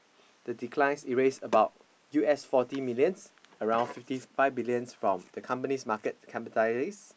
the declines erase about U_S forty millions around fifty five billions from the company's market capitalist